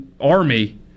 Army